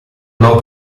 non